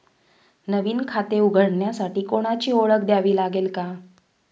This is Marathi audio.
नवीन खाते उघडण्यासाठी कोणाची ओळख द्यावी लागेल का?